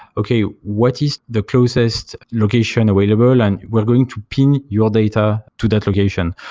okay what is the closest location available and we're going to pin your data to that location.